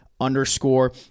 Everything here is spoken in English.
underscore